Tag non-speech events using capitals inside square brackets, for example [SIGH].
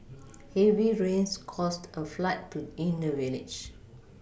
[NOISE] heavy rains caused a flood to in the village